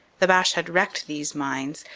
the boche had wrecked these mines,